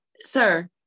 sir